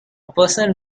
person